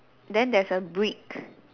then there's a brick